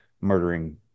murdering